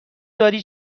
داری